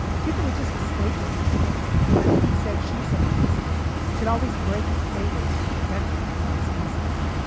people are just mistaken if they think that, he said. she said cases should always break in favor of the defendant in these cases.